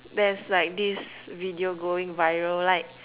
there's like this video going viral like